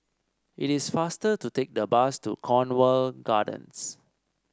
it is faster to take the bus to Cornwall Gardens